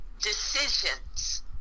decisions